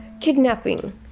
kidnapping